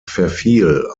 verfiel